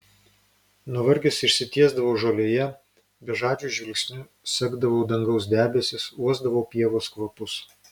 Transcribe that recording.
nuvargęs išsitiesdavau žolėje bežadžiu žvilgsniu sekdavau dangaus debesis uosdavau pievos kvapus